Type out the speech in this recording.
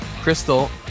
Crystal